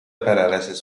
paralysis